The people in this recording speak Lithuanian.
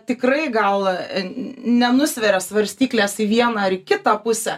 tikrai gal nenusveria svarstyklės į vieną ar į kitą pusę